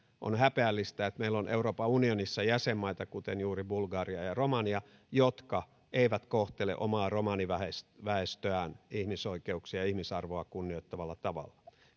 on häpeällistä että meillä on euroopan unionissa jäsenmaita kuten juuri bulgaria ja romania jotka eivät kohtele omaa romaniväestöään ihmisoikeuksia ja ihmisarvoa kunnioittavalla tavalla